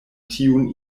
tiun